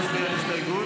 כעת נצביע על הסתייגות